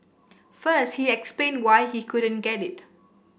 first he explained why he couldn't get it